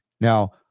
Now